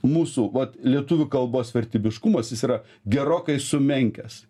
mūsų vat lietuvių kalbos vertybiškumas jis yra gerokai sumenkęs